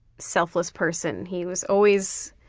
selfless person. he was always,